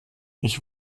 ich